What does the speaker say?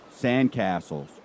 Sandcastles